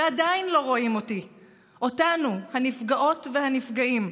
ועדיין לא רואים אותי, אותנו, הנפגעות והנפגעים,